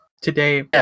today